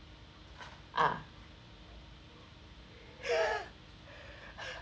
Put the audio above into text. ah